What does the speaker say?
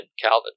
Calvin